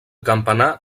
campanar